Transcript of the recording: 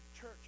church